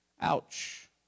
Ouch